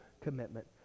commitment